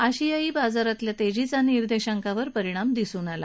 आशियायी बाजारातल्या तेजीचा निर्देशांकावर परिणाम दिसून आला